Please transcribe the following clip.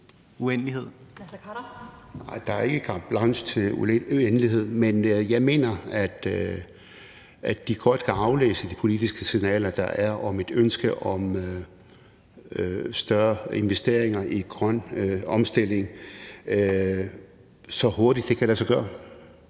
(KF): Nej, der er ikke carte blanche til uendelighed. Men jeg mener, at de godt kan aflæse de politiske signaler, der er, om et ønske om større investeringer i grøn omstilling, så hurtigt det kan lade sig gøre.